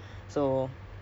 mm